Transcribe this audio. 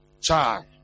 Child